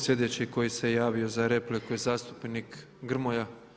Slijedeći koji se javio za repliku je zastupnik Grmoja.